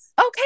Okay